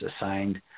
assigned